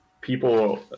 people